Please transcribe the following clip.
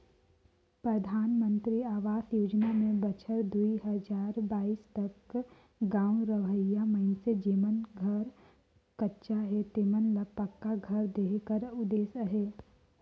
परधानमंतरी अवास योजना में बछर दुई हजार बाइस तक गाँव रहोइया मइनसे जेमन कर घर कच्चा हे तेमन ल पक्का घर देहे कर उदेस अहे